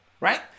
right